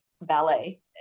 ballet